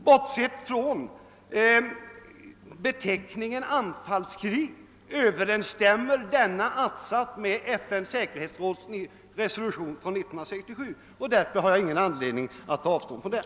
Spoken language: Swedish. Bortsett från beteckningen »anfallskrig» överensstämmer denna att-sats med FN:s säkerhetsråds resolution av år 1967, och därför har jag ingen anledning att ta avstånd från den.